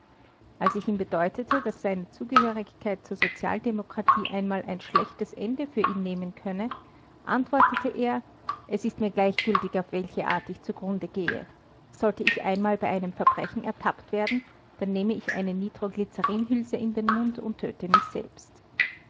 als ich ihm bedeutete daß seine zugehörigkeit zur sozialdemokratie einmal ein schlechtes ende für ihn nehmen könne antwortete er es ist mir gleichgültig auf welche art ich zugrunde gehe sollte ich einmal bei einem verbrechen ertappt werden dann nehme ich eine nitro glyzerinhülse in den mund und töte mich selbst